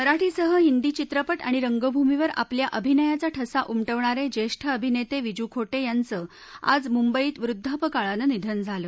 मराठीसह हिंदी चित्रपट आणि रंगभूमीवर आपल्या अभिनयाचा ठसा उमटवणार ियेक्टीअभिनत्तीक्रिजू खोटब्रांचं आज मुंबईत वृद्वापकाळानं निधन झालं